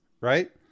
right